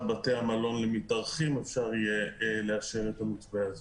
בתי המלון למתארחים אפשר יהיה לאשר את המתווה הזה.